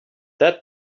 that